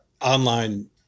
online